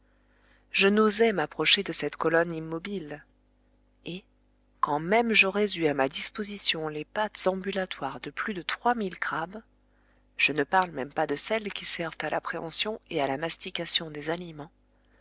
je n'osais m'approcher de cette colonne immobile et quand même j'aurais eu à ma disposition les pattes ambulatoires de plus de trois mille crabes je ne parle même pas de celles qui servent à la préhension et à la mastication des aliments